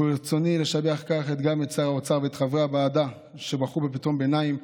וברצוני לשבח גם את שר האוצר ואת חברי הוועדה שבחרו בפתרון ביניים,